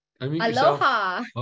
Aloha